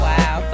Wow